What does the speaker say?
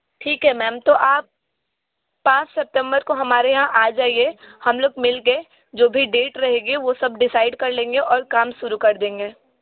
ठीक है मेम तो आप आप पाँच सेप्तेम्बर को हमारे यहाँ आ जाइए हम लोग मिल कर जो भी डेट रहेगी वो सब डिसाइड कर लेंगे और काम शुरू कर देंगे